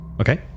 Okay